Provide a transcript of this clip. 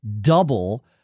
double